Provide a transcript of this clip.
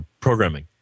programming